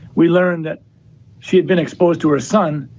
we learned that she had been exposed to her son,